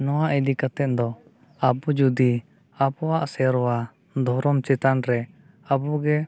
ᱱᱚᱣᱟ ᱤᱫᱤ ᱠᱟᱛᱮᱫ ᱫᱚ ᱟᱵᱚ ᱡᱩᱫᱤ ᱟᱵᱚᱣᱟᱜ ᱥᱮᱨᱣᱟ ᱫᱷᱚᱨᱚᱢ ᱪᱮᱛᱟᱱ ᱨᱮ ᱟᱵᱚ ᱜᱮ